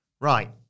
Right